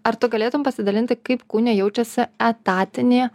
ar tu galėtum pasidalinti kaip kūne jaučiasi etatinė